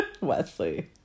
Wesley